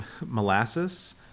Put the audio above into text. molasses